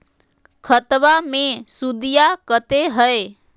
खतबा मे सुदीया कते हय?